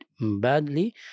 badly